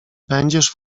będziesz